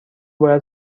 باید